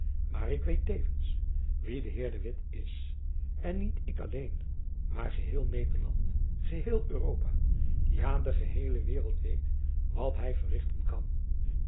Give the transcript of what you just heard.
maar ik weet tevens wie de heer de witt is en niet ik alleen maar geheel nederland geheel europa ja de geheele waereld weet wat hy verrichten kan